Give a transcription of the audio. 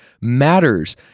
matters